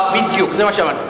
בדיוק, זה מה שאמרתי.